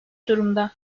durumda